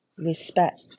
respect